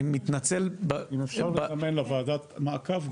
אני מתנצל --- אם אפשר לזמן לוועדת המעקב,